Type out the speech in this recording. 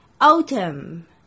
autumn